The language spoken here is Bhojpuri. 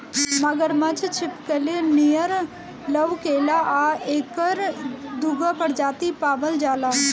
मगरमच्छ छिपकली नियर लउकेला आ एकर दूगो प्रजाति पावल जाला